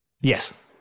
Yes